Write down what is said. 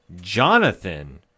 Jonathan